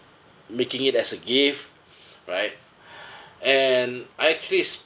making it as a gift right and I actually